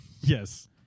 Yes